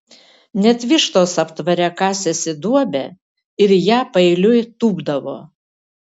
net vištos aptvare kasėsi duobę ir į ją paeiliui tūpdavo